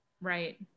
right